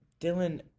Dylan